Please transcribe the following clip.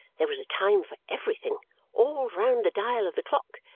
there was a time for everything all round the dial of the clock,